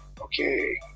Okay